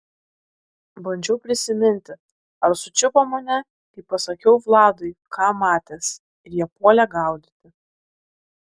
bandžiau prisiminti ar sučiupo mane kai pasakiau vladui ką matęs ir jie puolė gaudyti